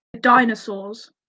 Dinosaurs